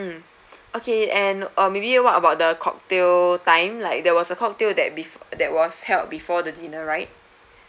mm okay and uh maybe what about the cocktail time like there was a cocktail that before that was held before the dinner right